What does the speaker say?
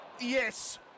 Yes